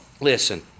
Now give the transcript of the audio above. listen